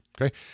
okay